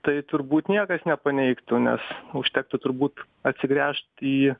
tai turbūt niekas nepaneigtų nes užtektų turbūt atsigręžt į